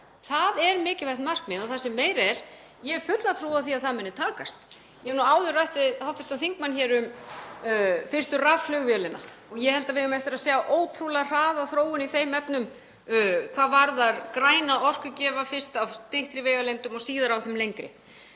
Það er mikilvægt markmið. Og það sem meira er, ég hef fulla trú á því að það muni takast. Ég hef áður rætt við hv. þingmann um fyrstu rafflugvélina og ég held að við eigum eftir að sjá ótrúlega hraða þróun á því sviði hvað varðar græna orkugjafa, fyrst á styttri vegalengdum og síðar á þeim lengri.